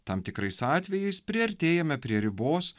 tam tikrais atvejais priartėjame prie ribos